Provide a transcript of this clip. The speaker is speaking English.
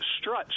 struts